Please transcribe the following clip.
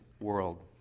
world